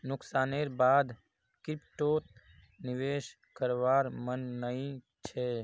नुकसानेर बा द क्रिप्टोत निवेश करवार मन नइ छ